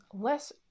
less